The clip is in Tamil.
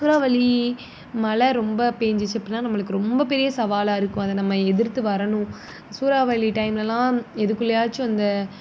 சூறாவளி மழை ரொம்ப பேய்ஞ்சிச்சி அப்படின்னா நம்மளுக்கு ரொம்ப பெரிய சவாலாக இருக்கும் அதை நம்ம எதிர்த்து வரணும் சூறாவளி டைம்லலாம் எதுக்குள்ளேயாச்சும் அந்த